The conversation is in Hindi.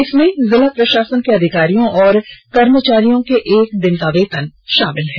इसमें जिला प्रषासन के अधिकारियों और कर्मचारियों के एक दिन का वेतन शामिल है